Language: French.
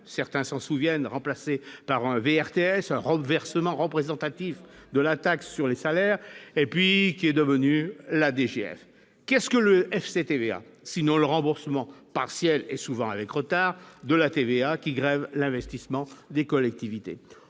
certains s'en souviennent remplacé par verre RTS Rob versement représentatifs de la taxe sur les salaires et puis qu'est devenue la DGF qu'est-ce que le FC TVA sinon le remboursement partiel et souvent avec retard de la TVA qui grève l'investissement des collectivités,